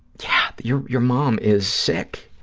yeah your your mom is sick.